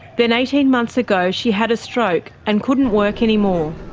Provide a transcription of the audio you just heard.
then eighteen months ago she had a stroke and couldn't work any more.